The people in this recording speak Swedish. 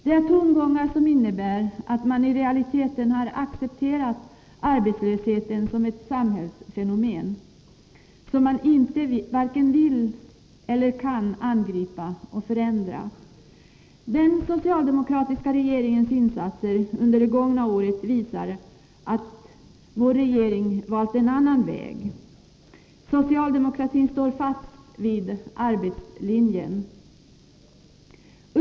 Det är tongångar som innebär att man i realiteten har accepterat arbetslösheten som ett samhällsfenomen, som man inte vare sig vill eller kan angripa och förändra. Den socialdemokratiska regeringens insatser under det gångna året visar att vår regering valt en annan väg. Socialdemokraterna står fast vid ”arbetslinjen”.